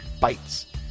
bites